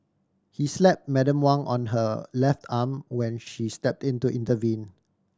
he slap Madam Wang on her left arm when she stepped in to intervene